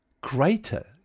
Greater